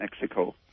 Mexico